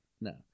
No